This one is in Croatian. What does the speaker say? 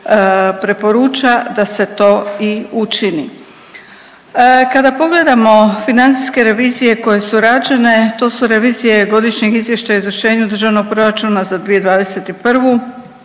preporuča da se to i učini. Kada pogledamo financijske revizije koje su rađene to su revizije Godišnjeg izvještaja o izvršenju Državnog proračuna za 2021.,